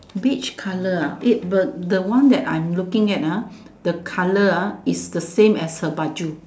beige colour ah it but the one that I'm looking at ah the colour ah is the same as her baju